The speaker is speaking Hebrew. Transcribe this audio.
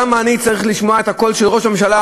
למה אני צריך לשמוע את הקול של ראש הממשלה